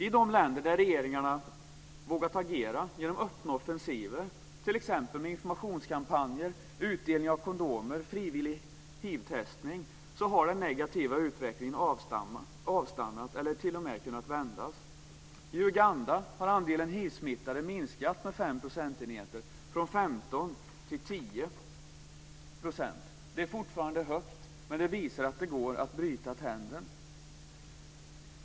I de länder där regeringarna vågat agera genom öppna offensiver, t.ex. genom informationskampanjer, utdelning av kondomer och frivillig hivtestning, har den negativa utvecklingen avstannat eller t.o.m. kunnat vända. I Uganda har andelen hivsmittade minskat med fem procentenheter från 15 % till 10 %. Det är fortfarande högt, men detta visar att det går att bryta trenden.